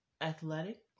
athletic